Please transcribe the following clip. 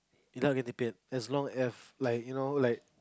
without getting paid as long as like you know like